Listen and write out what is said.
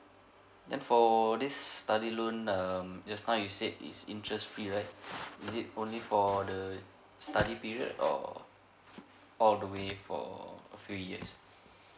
then for this study loan um just now you said is interest free right is it only for the study period or all the way for a few years